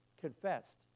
confessed